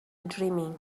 dreaming